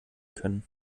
können